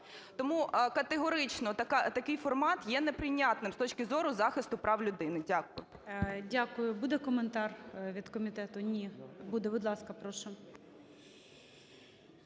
Тому категорично такий формат є неприйнятним з точки зору захисту прав людини. Дякую. ГОЛОВУЮЧИЙ. Дякую. Буде коментар від комітету? Ні. Буде. Будь ласка, прошу.